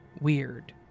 weird